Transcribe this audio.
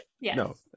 no